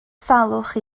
salwch